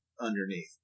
underneath